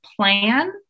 plan